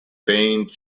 faint